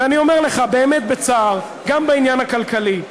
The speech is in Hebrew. ואני אומר לך באמת בצער, גם בעניין הכלכלי,